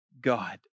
God